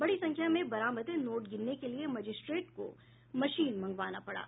बड़ी संख्या में बरामद नोट गिनने के लिए मजिस्ट्रेट को मशीन मंगवाना पड़ा